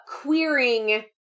Queering